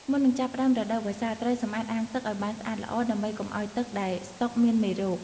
មុននឹងចាប់ផ្តើមរដូវវស្សា ត្រូវសម្អាតអាងទឹកឲ្យបានស្អាតល្អ ដើម្បីកុំឲ្យទឹកដែលស្តុកមានមេរោគ។